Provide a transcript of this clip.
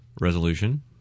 resolution